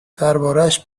دربارهاش